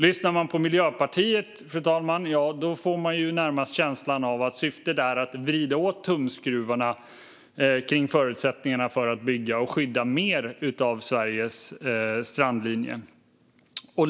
Lyssnar man på Miljöpartiet, fru talman, får man närmast känslan av att syftet är att vrida åt tumskruvarna när det gäller förutsättningarna för att bygga och att skydda mer av Sveriges strandlinje.